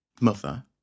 mother